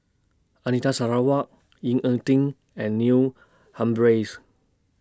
Anita Sarawak Ying A Ding and Neil Humphreys